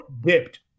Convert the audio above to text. dipped